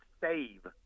save –